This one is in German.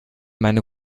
meine